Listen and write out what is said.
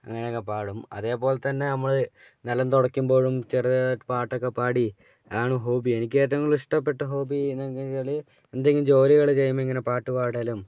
അങ്ങനെയൊക്കെ പാടും അതേപോലെതന്നെ നമ്മൾ നിലം തുടക്കുമ്പോഴും ചെറുതായിട്ട് പാട്ടൊക്കെ പാടി അതാണ് ഹോബി എനിക്ക് ഏറ്റവും കൂടുതൽ ഇഷ്ടപെട്ട ഹോബി എന്നു വച്ചാൽ എന്തെങ്കിലും ജോലികൾ ചെയ്യുമ്പോൾ ഇങ്ങനെ പാട്ടു പാടലും